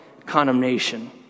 Condemnation